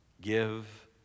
Give